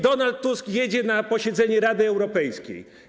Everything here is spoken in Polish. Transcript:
Donald Tusk jedzie na posiedzenie Rady Europejskiej.